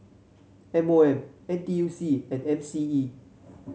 M O M N T U C and M C E